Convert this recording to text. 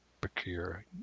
procure